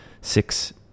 six